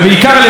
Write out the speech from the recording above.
על טעותה.